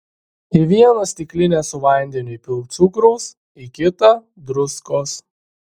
į vieną stiklinę su vandeniu įpilk cukraus į kitą druskos